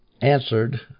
answered